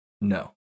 No